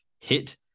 hit